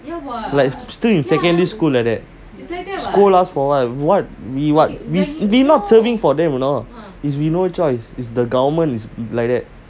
like still in secondary school like that scold us for what we what we not serving for them you know is we no choice is the government is like that